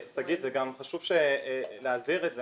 שגית, זה גם חשוב להסביר את זה